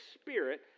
spirit